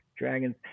dragons